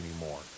anymore